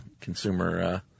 consumer